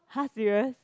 !huh! serious